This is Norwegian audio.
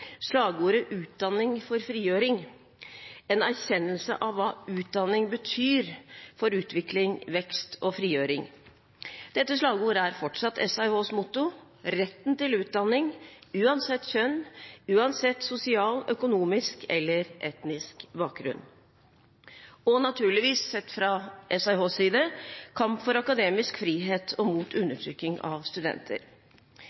slagordet «Utdanning for frigjøring» – en erkjennelse av hva utdanning betyr for utvikling, vekst og frigjøring. Dette slagordet er fortsatt SAIHs motto: retten til utdanning, uansett kjønn, uansett sosial, økonomisk eller etnisk bakgrunn og naturligvis, sett fra SAIHs side, kamp for akademisk frihet og mot undertrykking av studenter.